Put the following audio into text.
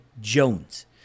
Jones